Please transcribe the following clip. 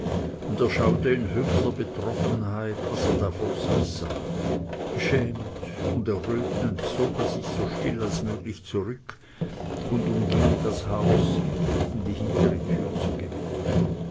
und er schaute in höchster betroffenheit was er da vor sich sah beschämt und errötend zog er sich so still als möglich zurück und umging das haus um die hintere türe zu gewinnen